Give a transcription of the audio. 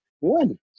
One